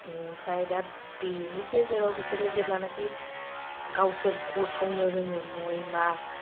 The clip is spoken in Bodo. बेनिफ्राय दा बेनि गेजेराव बिसोरो जेब्लानाखि गावसोर गसंनो रोङो नय मास